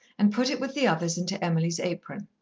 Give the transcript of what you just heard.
and put it with the others into emily's apron.